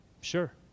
Sure